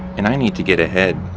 and i need to get a head.